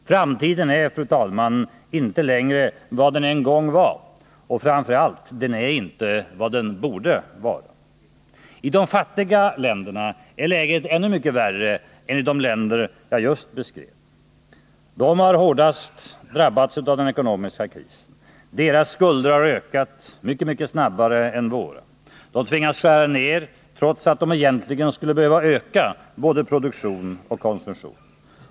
Framtiden, fru talman, är inte längre vad den en gång var och framför allt: den är inte vad den borde vara. I de fattiga länderna är läget ännu mycket värre än i de länder jag just beskrev. De har hårdast drabbats av den ekonomiska krisen, deras skulder har ökat mycket snabbare än våra, de tvingas skära ned trots att de egentligen skulle behöva öka både produktion och konsumtion.